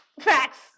facts